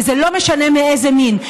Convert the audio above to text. וזה לא משנה מאיזה מין.